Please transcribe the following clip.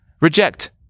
Reject